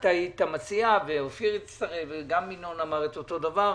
את היית המציעה ואופיר הצטרף וגם ינון אמר את אותו דבר.